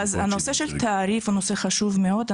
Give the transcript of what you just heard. הנושא של תעריף הוא נושא חשוב מאוד.